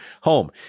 home